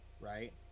right